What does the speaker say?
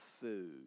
food